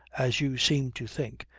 as you seem to think,